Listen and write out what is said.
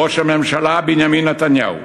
ראש הממשלה בנימין נתניהו